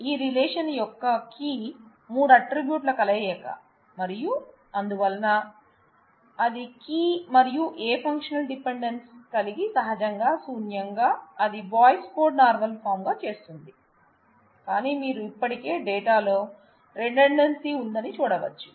కాబట్టి ఈ రిలేషన్ యొక్క కీ మూడు అట్ట్రిబ్యూట్స్ ల కలయిక మరియు అందువలన అది కీ మరియు ఏ ఫంక్షనల్ డిపెండెన్స్ కలిగి సహజంగా శూన్యం గా అది బోయ్స్ కాడ్ నార్మల్ ఫార్మ్ గా చేస్తుంది కానీ మీరు ఇప్పటికీ డేటా లో రిడుండన్సీ ఉందని చూడవచ్చు